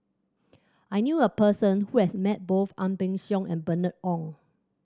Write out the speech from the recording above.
I knew a person who has met both Ang Peng Siong and Bernice Ong